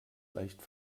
leicht